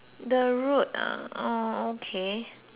uh oh okay